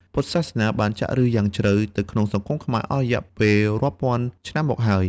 ពុទ្ធសាសនាបានចាក់ឫសយ៉ាងជ្រៅទៅក្នុងសង្គមខ្មែរអស់រយៈពេលរាប់ពាន់ឆ្នាំមកហើយ។